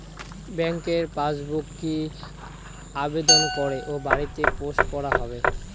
ব্যাংকের পাসবুক কি আবেদন করে বাড়িতে পোস্ট করা হবে?